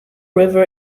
river